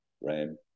ram